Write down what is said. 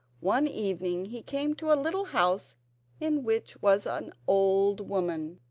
one evening, he came to a little house in which was an old woman.